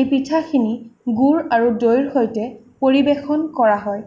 এই পিঠাখিনি গুড় আৰু দৈৰ সৈতে পৰিৱেশন কৰা হয়